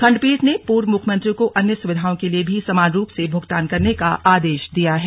खंडपीठ ने पूर्व मुख्यमंत्रियों को अन्य सुविधाओं के लिए भी समान रूप से भुगतान करने का आदेश दिया है